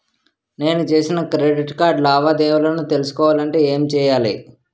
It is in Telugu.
నేను చేసిన క్రెడిట్ కార్డ్ లావాదేవీలను తెలుసుకోవాలంటే ఏం చేయాలి?